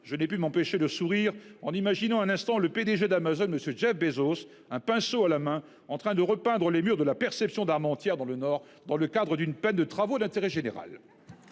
je n'ai pu m'empêcher de sourire en imaginant un instant le PDG d'Amazon, M. Jeff Bezos, un pinceau à la main, en train de repeindre les murs de la perception d'Armentières, dans le Nord, dans le cadre d'une peine de travaux d'intérêt général